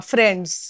Friends